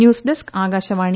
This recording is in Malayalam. news desk Akashvani